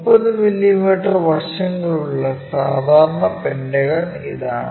30 millimetre വശങ്ങളുള്ള സാധാരണ pentagon ഇതാണ്